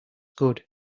good